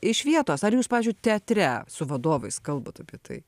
iš vietos ar jūs pavyzdžiui teatre su vadovais kalbat apie tai